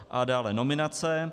A dále nominace.